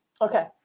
Okay